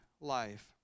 life